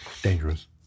Dangerous